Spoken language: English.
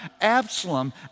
Absalom